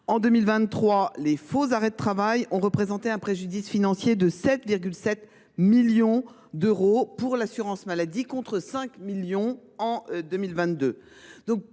En 2023, les faux arrêts de travail ont constitué un préjudice de 7,7 millions d’euros pour l’assurance maladie, contre 5 millions d’euros